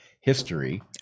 history